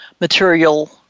material